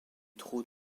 trop